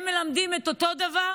שתיהן מלמדות את אותו הדבר,